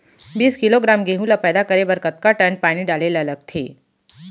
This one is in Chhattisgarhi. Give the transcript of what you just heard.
बीस किलोग्राम गेहूँ ल पैदा करे बर कतका टन पानी डाले ल लगथे?